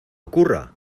ocurra